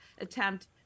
attempt